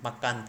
makan